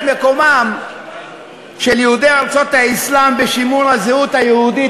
מקומם של יהודי ארצות האסלאם בשימור הזהות היהודית